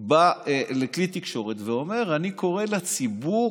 בא לכלי תקשורת ואומר: אני קורא לציבור